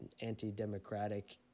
anti-democratic